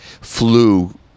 flew